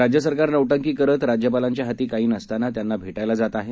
राज्य सरकार नोटंकी करत राज्यपालांच्या हाती काही नसताना त्यांना भैटायला जात आहे